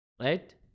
right